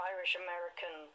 Irish-American